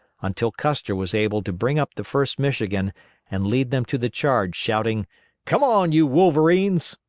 until custer was able to bring up the first michigan and lead them to the charge, shouting come on, you wolverines!